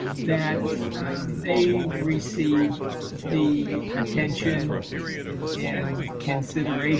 ah that they receive the attention and consideration